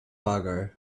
fargo